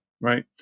right